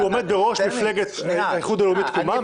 שעומד בראש מפלגת האיחוד הלאומי תקומה,